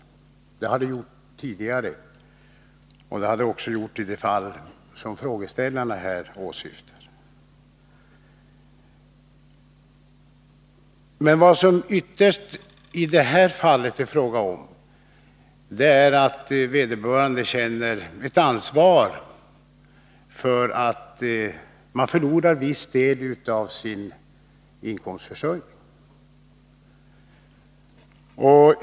Så har det alltid blivit tidigare, och det har också blivit så i det fall som frågeställarna här åsyftar. Men vad det i det här fallet ytterst handlar om är att man känner ansvar för att vederbörande förlorar viss del av sin inkomst, sin försörjning.